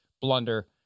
blunder